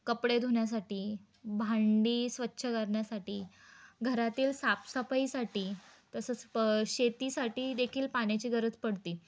कपडे धुण्यासाठी भांडी स्वच्छ करण्या्साठी घरातील साफसफाईसाठी तसंच प शेतीसाठी देखील पाण्याची गरज पडते